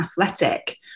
Athletic